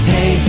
Hey